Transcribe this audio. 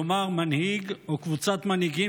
כלומר בידי מנהיג או קבוצת מנהיגים